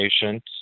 patient